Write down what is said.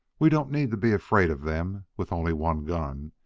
we don't need to be afraid of them with only one gun,